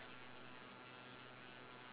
your bee of the direction ah your bee